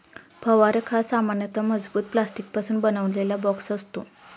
फवारक हा सामान्यतः मजबूत प्लास्टिकपासून बनवलेला बॉक्स असतो